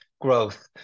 growth